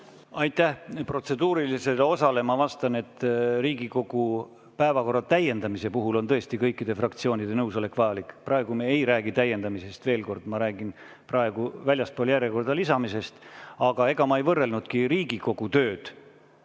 Aitäh! Protseduurilisele osale ma vastan, et Riigikogu päevakorra täiendamise puhul on tõesti kõikide fraktsioonide nõusolek vajalik. Praegu me ei räägi täiendamisest. Veel kord: ma räägin praegu väljaspool järjekorda lisamisest. Aga ega ma ei võrrelnudki Riigikogu tööd